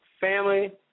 family